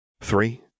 Three